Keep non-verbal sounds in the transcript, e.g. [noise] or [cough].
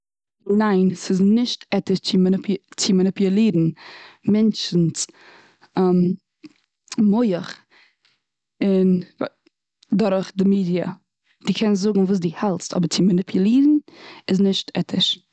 ניין, ס'איז נישט עטיש צו מאניפו- צו מאניפולירן מענטשנ'ס [hesitation] מח, און [hesitation] דורך די מידיע. די קענסט זאגן וואס די האלסט. אבער צו מאניפולירן איז נישט עטיש.